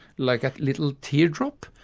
like a little teardrop,